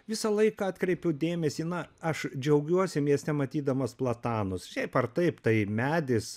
visąlaik atkreipiu dėmesį na aš džiaugiuosi mieste matydamas platanus šiaip ar taip tai medis